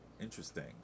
interesting